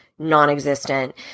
non-existent